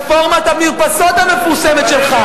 רפורמת המרפסות המפורסמת שלך,